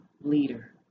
leader